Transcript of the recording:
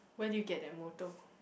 where did you get that motto